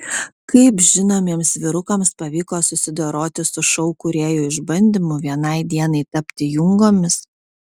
kaip žinomiems vyrukams pavyko susidoroti su šou kūrėjų išbandymu vienai dienai tapti jungomis